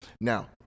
Now